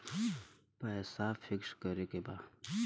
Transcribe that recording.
पैसा पिक्स करके बा?